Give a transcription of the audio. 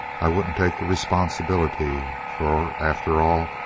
i wouldn't take the responsibility, for, after all,